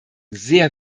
sehr